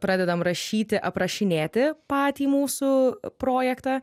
pradedam rašyti aprašinėti patį mūsų projektą